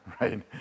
right